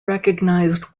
recognised